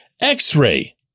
x-ray